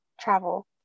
travel